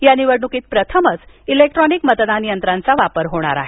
या निवडणुकीत प्रथमच इलेक्ट्रॉनिक मतदान यंत्रांचा वापर होणार आहे